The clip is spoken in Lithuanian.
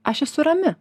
aš esu rami